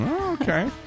Okay